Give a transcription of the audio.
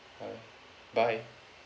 alright bye